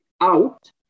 out